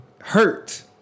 hurt